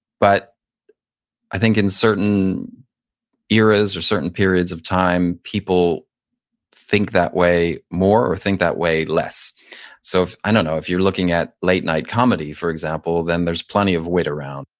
but i think in certain eras or certain periods of time, people think that way more or think that way less so i don't know, if you're looking at late night comedy for example, then there's plenty of wit around.